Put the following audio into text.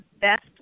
best